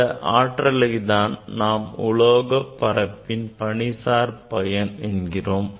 இந்த ஆற்றலை தான் நாம் உலோகப் பரப்பின் பணிசார் பயன் என்கிறோம்